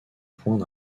points